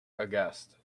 aghast